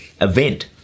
event